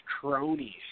cronies